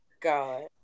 God